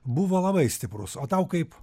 buvo labai stiprus o tau kaip